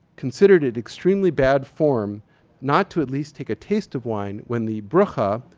considered it extremely bad form not to at least take a taste of wine when the berakhah,